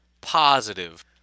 positive